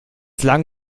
dann